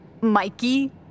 Mikey